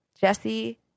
Jesse